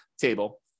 table